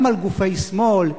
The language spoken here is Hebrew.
גם על-ידי גופי שמאל,